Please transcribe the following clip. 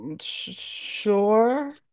Sure